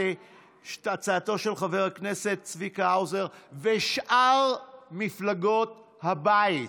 הצעתו של חבר הכנסת צביקה האוזר ושאר מפלגות הבית,